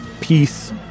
Peace